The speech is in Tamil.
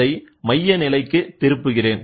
அதை மைய நிலைக்கு திருப்புகிறேன்